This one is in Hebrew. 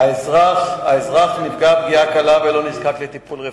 האזרח נפגע פגיעה קלה ולא נזקק לטיפול רפואי.